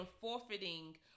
forfeiting